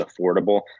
affordable